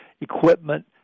equipment